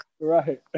Right